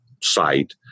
site